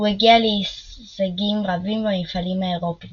הוא הגיע להישגים רבים במפעלים האירופיים